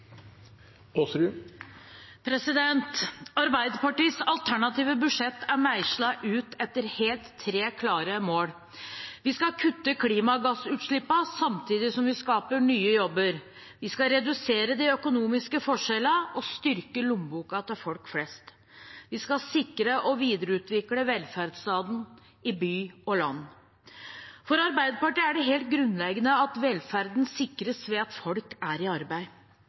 omme. Arbeiderpartiets alternative budsjett er meislet ut etter tre helt klare mål: Vi skal kutte klimagassutslippene, samtidig som vi skaper nye jobber. Vi skal redusere de økonomiske forskjellene og styrke lommeboka til folk flest. Vi skal sikre og videreutvikle velferdsstaten i by og land. For Arbeiderpartiet er det helt grunnleggende at velferden sikres ved at folk er i arbeid.